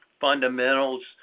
Fundamentals